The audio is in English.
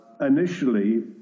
initially